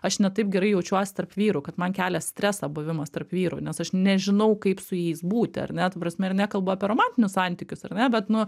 aš ne taip gerai jaučiuos tarp vyrų kad man kelia stresą buvimas tarp vyrų nes aš nežinau kaip su jais būti ar ne ta prasme ir nekalbu apie romantinius santykius ar ne bet nu